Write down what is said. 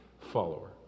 follower